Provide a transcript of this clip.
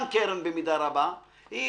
גם קרן במידה רבה,